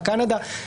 קנדה.